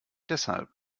deshalb